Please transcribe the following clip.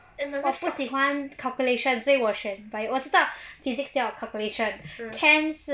and 我不喜欢 calculations 所以我选 bio 我知道 physics 要 calculations chem 是